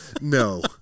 No